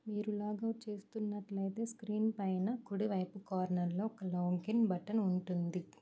మీరు లాగ్అవుట్ చేస్తున్నట్లయితే స్క్రీన్ పైన కుడివైపు కార్నర్లో ఒక లాగిన్ బటన్ ఉంటుంది